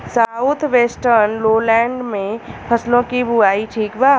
South western lowland में फसलों की बुवाई ठीक बा?